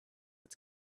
its